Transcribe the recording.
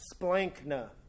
Splankna